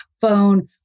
phone